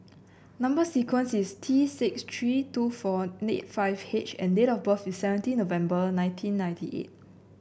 number sequence is T six three two four nine eight five H and date of birth is seventeen November nineteen ninety eight